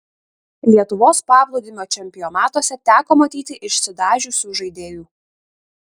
lietuvos paplūdimio čempionatuose teko matyti išsidažiusių žaidėjų